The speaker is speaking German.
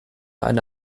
eine